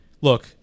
Look